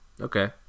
Okay